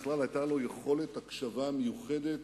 בכלל, היתה לו יכולת הקשבה מיוחדת,